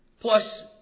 Plus